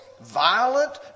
violent